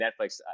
Netflix